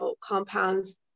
compounds